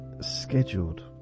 scheduled